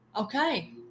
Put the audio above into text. Okay